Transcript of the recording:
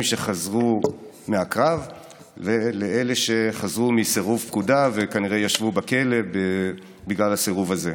שחזרו מהקרב ולאלה שחזרו מסירוב פקודה וכנראה ישבו בכלא בגלל הסירוב הזה.